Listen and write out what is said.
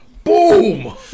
Boom